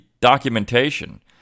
documentation